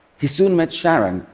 he soon met sharon,